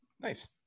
nice